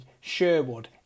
Sherwood